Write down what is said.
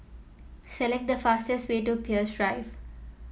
select the fastest way to Peirce Drive